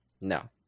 No